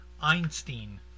einstein